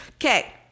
okay